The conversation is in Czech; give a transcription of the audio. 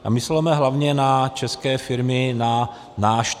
A mysleme hlavně na české firmy, na náš trh.